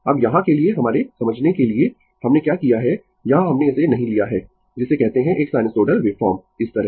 अब यहाँ के लिए हमारे समझने के लिए हमने क्या किया है यहाँ हमने इसे नहीं लिया है जिसे कहते है एक साइनसोइडल वेवफॉर्म इस तरह